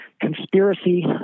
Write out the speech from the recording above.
conspiracy